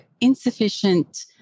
insufficient